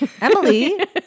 Emily